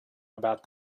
about